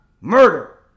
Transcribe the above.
murder